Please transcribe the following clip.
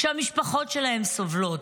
כשהמשפחות שלהם סובלות.